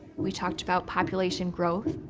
we talked about population growth.